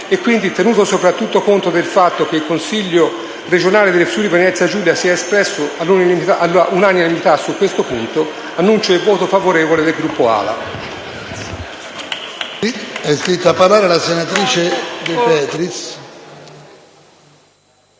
e, quindi, tenuto soprattutto conto del fatto che il Consiglio regionale del Friuli-Venezia Giulia si è espresso all'unanimità su questo punto, annuncio il voto favorevole del Gruppo ALA.